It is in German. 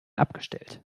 abgestellt